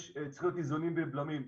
צריכים להיות איזונים ובלמים,